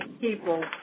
People